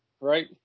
right